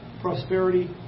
prosperity